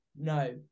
No